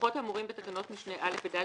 הדוחות האמורים בתקנות משנה (א) ו-(ד)